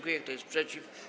Kto jest przeciw?